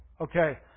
Okay